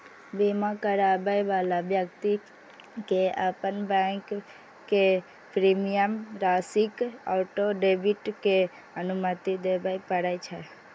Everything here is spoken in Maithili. बीमा कराबै बला व्यक्ति कें अपन बैंक कें प्रीमियम राशिक ऑटो डेबिट के अनुमति देबय पड़ै छै